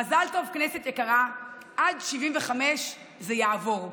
מזל טוב, כנסת יקרה, עד 75 זה יעבור.